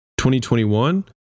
2021